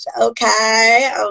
Okay